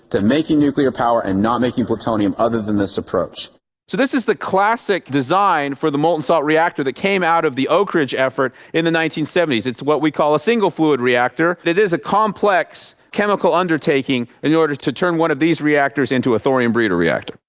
to making nuclear power and not making plutonium other than this approach. so this is the classic design for the molten-salt reactor that came out of the oak ridge effort in the nineteen seventy s. it's what we call a single fluid reactor. it is a complex chemical undertaking in order to turn one of these reactors into a thorium breeder reactor.